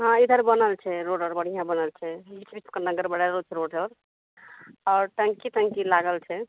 हँ इधर बनल छै रोड आओर बढ़िऑं बनल छै बीच बीचमे गरबराइलो छै रोड आओर टंकी तंकी लागल छै